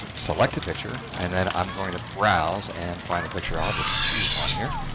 select a picture and then i'm going to browse and find the picture. i'll just choose one here